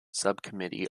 subcommittee